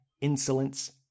insolence